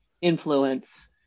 influence